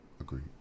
agreed